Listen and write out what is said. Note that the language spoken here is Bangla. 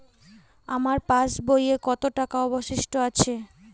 আমার পাশ বইয়ে কতো টাকা অবশিষ্ট আছে?